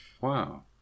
Wow